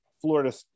Florida